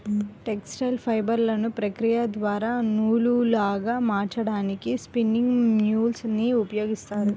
textile ఫైబర్లను ప్రక్రియ ద్వారా నూలులాగా మార్చడానికి స్పిన్నింగ్ మ్యూల్ ని ఉపయోగిస్తారు